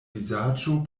vizaĝo